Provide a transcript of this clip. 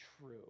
true